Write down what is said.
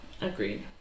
agreed